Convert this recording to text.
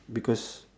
because